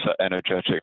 energetic